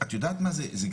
את יודעת מה זה?